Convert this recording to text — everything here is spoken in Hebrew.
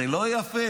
זה לא יפה,